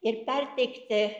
ir perteikti